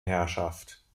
herrschaft